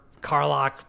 Carlock